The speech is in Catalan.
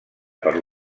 per